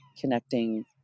connecting